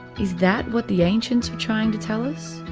is that what the ancients were trying to tell us?